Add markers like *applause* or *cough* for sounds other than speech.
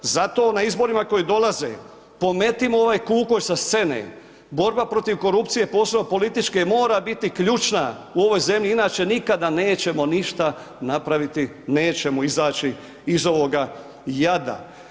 Zato na izborima koji dolaze pometimo ovaj ... *unintelligible* sa scene, borba protiv korupcije, posebno političke mora biti ključna u ovoj zemlji inače nikada nećemo ništa napraviti, nećemo izaći iz ovoga jada.